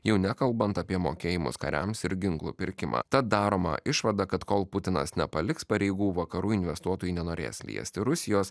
jau nekalbant apie mokėjimus kariams ir ginklų pirkimą tad daroma išvada kad kol putinas nepaliks pareigų vakarų investuotojai nenorės liesti rusijos